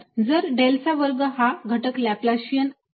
तर डेल चा वर्ग हा घटक लाप्लासियन आहे